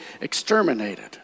exterminated